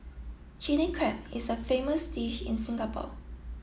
Chilli Crab is a famous dish in Singapore